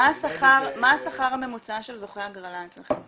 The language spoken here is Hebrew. מה השכר הממוצע של זוכי הגרלה אצלכם?